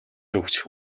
өгч